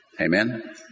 Amen